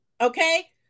Okay